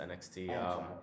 NXT